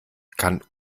kann